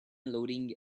loading